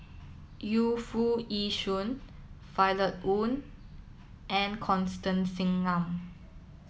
Yu Foo Yee Shoon Violet Oon and Constance Singam